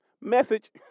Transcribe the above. Message